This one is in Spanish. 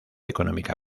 económica